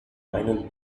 final